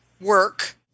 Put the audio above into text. work